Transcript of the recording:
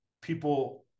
people